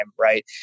right